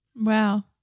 Wow